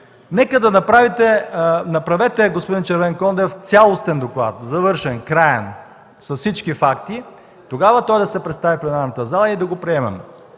направете, господин Червенкондев, цялостен доклад, завършен, краен, с всички факти. Тогава да се представи в пленарната зала и да го приемем.